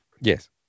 Yes